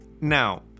now